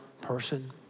person